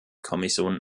kommission